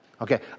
Okay